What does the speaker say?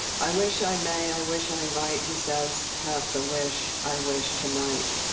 i wish i may, i wish i might, he says, have the wish i wish tonight.